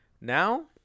Now